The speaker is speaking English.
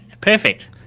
Perfect